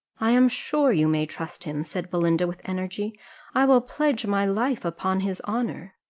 i am sure you may trust him, said belinda, with energy i will pledge my life upon his honour.